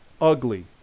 ugly